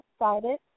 excited